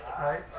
Right